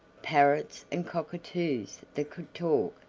parrots and cockatoos that could talk,